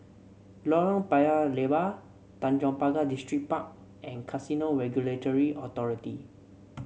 Lorong Paya Lebar Tanjong Pagar Distripark and Casino Regulatory Authority